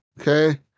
Okay